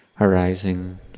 arising